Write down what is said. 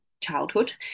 childhood